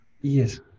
Yes